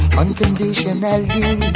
unconditionally